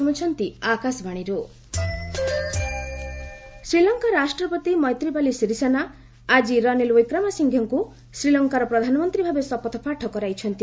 Sri Lanka PM Sri Lanka ରାଷ୍ଟ୍ରପତି ମୈତ୍ରିପାଲ ସିରିସେନା ଆଜି ରନିଲ୍ ୱିକ୍ରେମା ସିଙ୍ଘେଙ୍କୁ ଶ୍ରୀଲଙ୍କାର ପ୍ରଧାନମନ୍ତ୍ରୀ ଭାବେ ଶପଥପାଠ କରାଇଛନ୍ତି